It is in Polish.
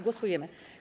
Głosujemy.